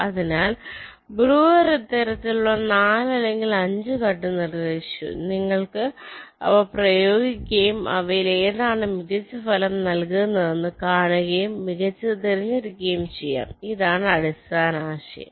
അതിനാൽ ബ്രൂയർ ഇത്തരത്തിലുള്ള 4 അല്ലെങ്കിൽ 5 കട്ട് നിർദ്ദേശിച്ചു നിങ്ങൾക്ക് അവ പ്രയോഗിക്കുകയും അവയിൽ ഏതാണ് മികച്ച ഫലം നൽകുന്നതെന്ന് കാണുകയും മികച്ചത് തിരഞ്ഞെടുക്കുകയും ചെയ്യാം ഇതാണ് അടിസ്ഥാന ആശയം